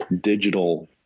digital